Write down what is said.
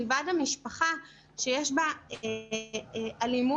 מלבד המשפחה שיש בה אלימות,